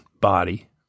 body